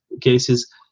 cases